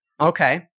Okay